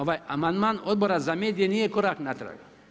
Ovaj amandman Odbora za medije, nije korak natrag.